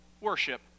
worship